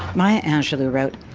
maya angelou wrote,